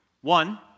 One